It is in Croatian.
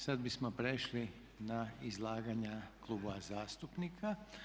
Sada bismo prešli na izlaganja klubova zastupnika.